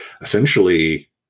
essentially